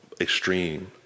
extreme